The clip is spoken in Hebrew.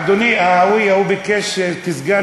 אדוני, הַוִיֶּה, הוא ביקש, כסגן